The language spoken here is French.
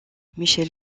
michel